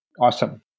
Awesome